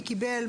מי קיבל,